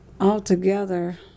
Altogether